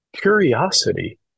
curiosity